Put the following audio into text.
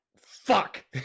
fuck